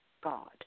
God